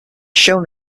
shown